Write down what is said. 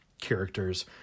characters